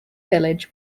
village